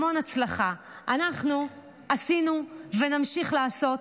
אנחנו עשינו ונמשיך לעשות,